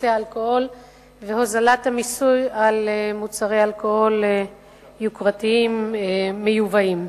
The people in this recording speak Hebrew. נושא האלכוהול והוזלת המיסוי על מוצרי אלכוהול יוקרתיים מיובאים.